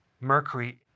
mercury